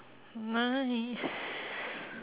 nice